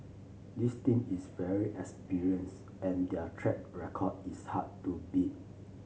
this team is very and their track record is hard to beat